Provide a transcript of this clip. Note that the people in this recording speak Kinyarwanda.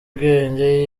ubwenge